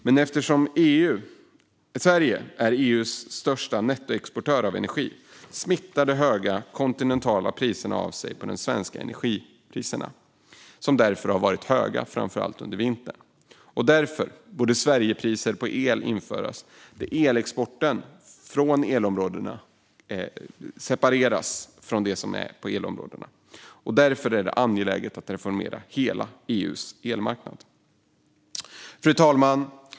Men eftersom Sverige är EU:s största nettoexportör av energi smittar de höga kontinentala priserna av sig på de svenska energipriserna som därför varit höga, framför allt under vintern. Därför borde Sverigepriser på el införas och elexporten separeras från elområdena, och därför är det angeläget att reformera hela EU:s elmarknad. Fru talman!